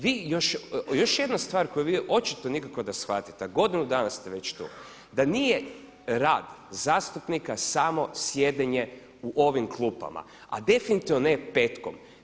Vi i još jedna stvar koju vi očito nikako da shvatite a godinu dana ste već tu da nije rad zastupnika samo sjedenje u ovim klupama a definitivno ne petkom.